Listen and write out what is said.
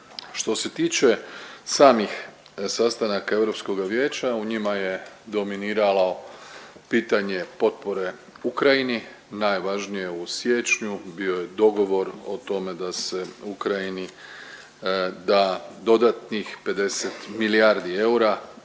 Što se tiče samih sastanaka Europskoga vijeća u njima je dominiralo pitanje potpore Ukrajini, najvažnije u siječnju bio je dogovor o tome da se Ukrajini da dodatnih 50 milijardi eura